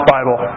Bible